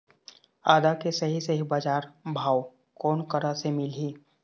आदा के सही सही बजार भाव कोन करा से मिलही?